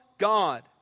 god